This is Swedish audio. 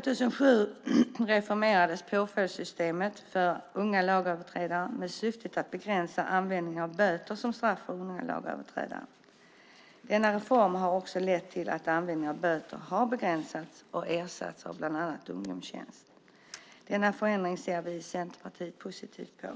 2007 reformerades påföljdssystemet för unga lagöverträdare i syftet att begränsa användningen av böter som straff för unga lagöverträdare. Denna reform har också lett till att användningen av böter har begränsats och ersatts av bland annat ungdomstjänst. Denna förändring ser vi i Centerpartiet positivt på.